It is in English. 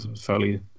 fairly